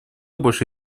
больше